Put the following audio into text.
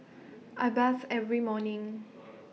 I bathe every morning